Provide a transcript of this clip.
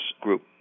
group